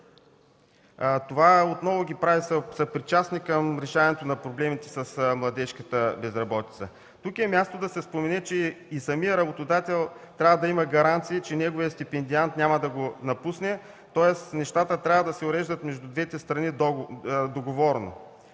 Това отново ги прави съпричастни към решаването на проблемите с младежката безработица. Тук е мястото да се спомене, че и самият работодател трябва да има гаранции, че неговият стипендиант няма да го напусне. Тоест нещата трябва да се уреждат между двете страни договорно.